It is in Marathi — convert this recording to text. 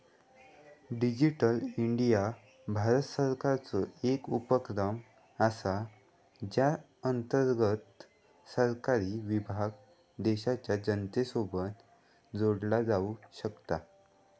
डिजीटल इंडिया भारत सरकारचो एक उपक्रम असा ज्या अंतर्गत सरकारी विभाग देशाच्या जनतेसोबत जोडला जाऊ शकता